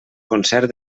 concert